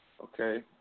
Okay